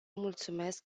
mulțumesc